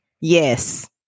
Yes